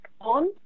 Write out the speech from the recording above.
on